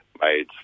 made